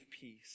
peace